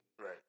Right